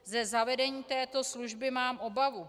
Ze zavedení této služby mám obavu.